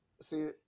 see